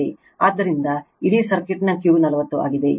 ಆದ್ದರಿಂದ ಇಡೀ ಸರ್ಕ್ಯೂಟ್ನ Q 40 ಆಗಿದೆ